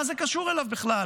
מה זה קשור אליו בכלל?